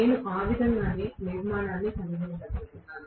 నేను ఆవిధంగానే నిర్మాణాన్ని కలిగి ఉండబోతున్నాను